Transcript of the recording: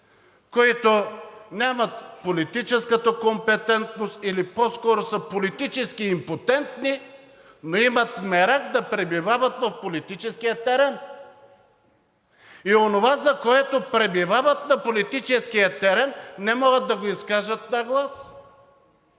които нямат политическата компетентност, или по-скоро са политически импотентни, но имат мерак да пребивават в политическия терен и онова, за което пребивават на политическия терен, не могат да го изкажат на глас